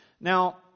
Now